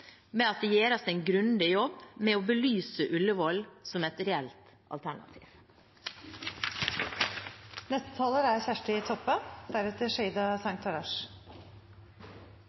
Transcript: at det gjøres en grundig jobb med å belyse Ullevål som et reelt alternativ. Det er